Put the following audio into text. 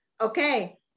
Okay